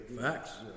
Facts